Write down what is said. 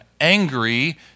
angry